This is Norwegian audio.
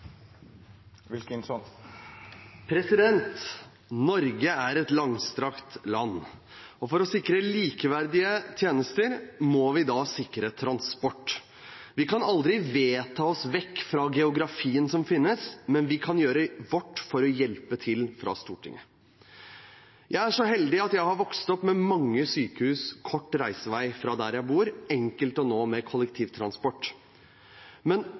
et langstrakt land, og for å sikre likeverdige tjenester må vi sikre transport. Vi kan aldri vedta oss vekk fra geografien som finnes, men vi kan gjøre vårt for å hjelpe til fra Stortinget. Jeg er så heldig at jeg har vokst opp med mange sykehus kort reisevei fra der jeg bor, enkelt å nå med kollektivtransport. Men